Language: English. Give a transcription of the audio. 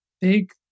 big